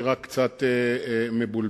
היא רק קצת מבולבלת.